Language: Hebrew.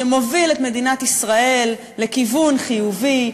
שמוביל את מדינת ישראל לכיוון חיובי,